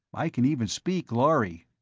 i can even speak lhari.